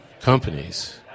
companies